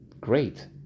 great